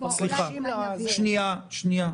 תודה.